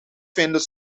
vinden